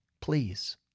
please